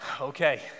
okay